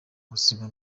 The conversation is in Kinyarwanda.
buzima